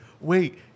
Wait